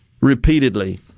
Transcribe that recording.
repeatedly